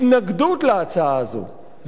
התנגדות להצעה הזאת,